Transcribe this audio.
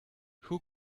who